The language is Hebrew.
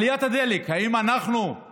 עליית הדלק, האם יש